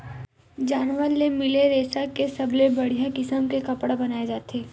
जानवर ले मिले रेसा के सबले बड़िया किसम के कपड़ा बनाए जाथे